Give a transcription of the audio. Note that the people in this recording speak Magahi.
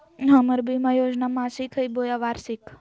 हमर बीमा योजना मासिक हई बोया वार्षिक?